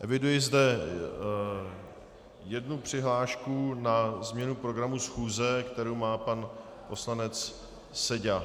Eviduji zde jednu přihlášku na změnu programu schůze, kterou má pan poslanec Seďa.